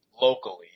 Locally